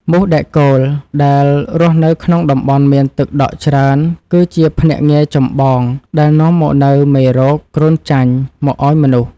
មូសដែកគោលដែលរស់នៅក្នុងតំបន់មានទឹកដក់ច្រើនគឺជាភ្នាក់ងារចម្បងដែលនាំមកនូវមេរោគគ្រុនចាញ់មកឱ្យមនុស្ស។